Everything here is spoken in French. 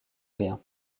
rien